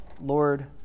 Lord